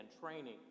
training